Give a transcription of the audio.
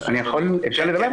יכול לדבר?